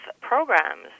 programs